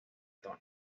tony